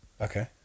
Okay